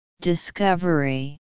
discovery